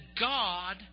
God